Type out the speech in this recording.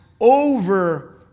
over